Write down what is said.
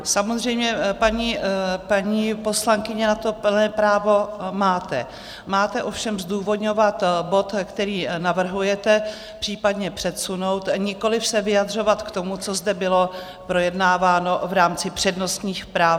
Samozřejmě, paní poslankyně, na to plné právo máte, máte ovšem zdůvodňovat bod, který navrhujete případně přesunout, nikoliv se vyjadřovat k tomu, co zde bylo projednáváno v rámci přednostních práv.